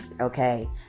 okay